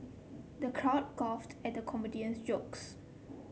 the crowd guffawed at the comedian's jokes